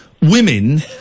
women